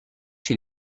chez